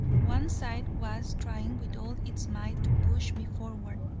one side was trying with all its might to push me forward,